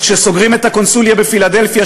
אז כשסוגרים את הקונסוליה בפילדלפיה,